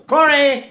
Corey